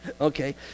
Okay